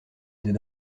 des